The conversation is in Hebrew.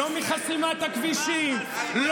לא מחסימת הכבישים,